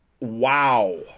wow